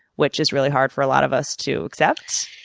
which is really hard for a lot of us to accept.